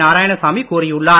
நாராயணசாமி கூறியுள்ளார்